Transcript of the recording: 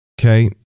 Okay